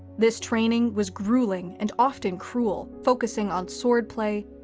this training was gruelling and often cruel, focusing on swordplay,